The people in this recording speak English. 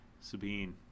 Sabine